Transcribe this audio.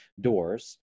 doors